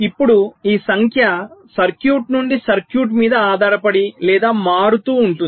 ఇప్పుడు ఈ సంఖ్య సర్క్యూట్ నుండి సర్క్యూట్ మీద ఆధారపడి లేదా మారుతూ ఉంటుంది